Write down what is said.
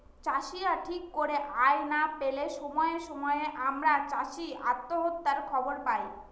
চাষীরা ঠিক করে আয় না পেলে সময়ে সময়ে আমরা চাষী আত্মহত্যার খবর পায়